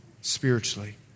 spiritually